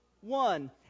one